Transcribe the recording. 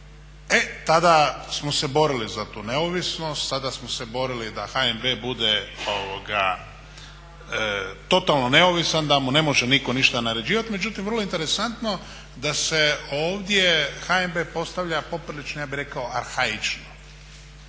E tada smo se borili za tu neovisnost, sada smo se borili da HNB bude totalno neovisan, da mu ne može nitko ništa naređivat. Međutim vrlo je interesantno da se ovdje HNB postavlja poprilično ja bih rekao arhaično